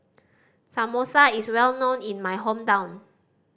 samosa is well known in my hometown